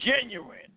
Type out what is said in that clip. Genuine